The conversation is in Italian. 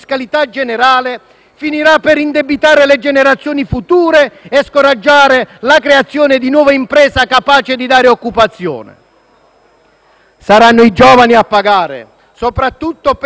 finirà per indebitare le generazioni future e scoraggiare la creazione di nuova impresa, capace di dare occupazione. Saranno i giovani a pagare, soprattutto perché non è